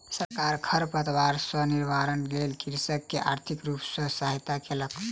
सरकार खरपात सॅ निवारणक लेल कृषक के आर्थिक रूप सॅ सहायता केलक